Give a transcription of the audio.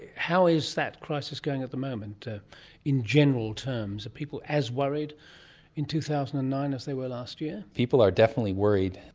how is that crisis going at the moment in general terms? are people as worried in two thousand and nine as they were last year? people are definitely worried.